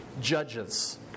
Judges